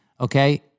okay